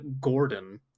Gordon